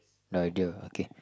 no idea okay